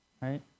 right